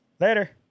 Later